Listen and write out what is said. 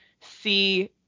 see